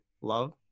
love